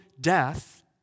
death